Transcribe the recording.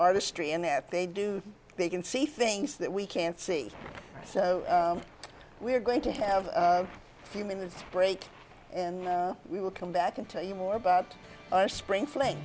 artistry and that they do they can see things that we can't see so we're going to have a few minutes break and we will come back and tell you more about sprinkling